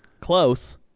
close